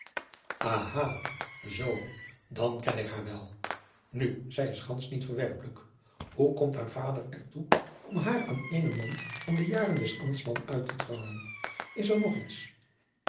zoo dan ken ik haar wel nu zij is gands niet verwerpelijk hoe komt haar vader er toe om haar aan eenen man van de jaren des ambtmans uit te trouwen is er nog iets